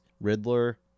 Riddler